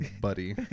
buddy